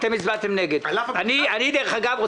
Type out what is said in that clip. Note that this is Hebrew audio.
דרך אגב,